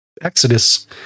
Exodus